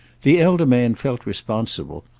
the elder man felt responsible,